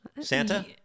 Santa